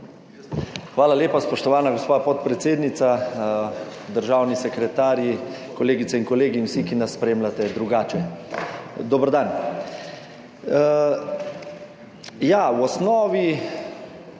Hvala lepa, spoštovana gospa podpredsednica. Državni sekretarji, kolegice in kolegi in vsi, ki nas spremljate drugače, dober dan!